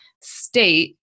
state